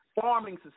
farming